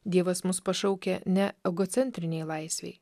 dievas mus pašaukia ne egocentrinei laisvei